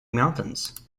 mountains